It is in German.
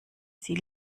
sie